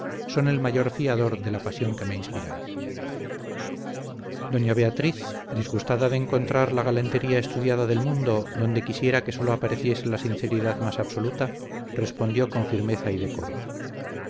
son el mayor fiador de la pasión que me inspiráis doña beatriz disgustada de encontrar la galantería estudiada del mundo donde quisiera que sólo apareciese la sinceridad más absoluta respondió con firmeza y decoro